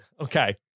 Okay